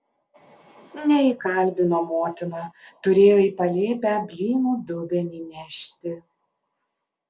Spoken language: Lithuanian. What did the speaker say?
neįkalbino motina turėjo į palėpę blynų dubenį nešti